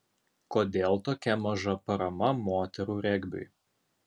kodėl tokia maža parama moterų regbiui